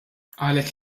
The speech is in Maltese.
qalet